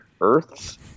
Earths